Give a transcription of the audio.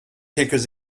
quelques